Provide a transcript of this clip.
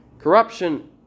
Corruption